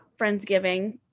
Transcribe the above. Friendsgiving